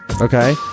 Okay